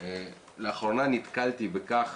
לאחרונה נתקלתי בכך